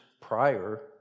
prior